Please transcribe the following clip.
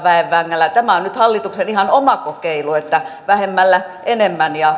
tämä on nyt hallituksen ihan oma kokeilu että vähemmällä enemmän